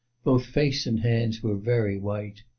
both face and hands were very white.